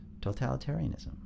totalitarianism